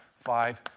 five,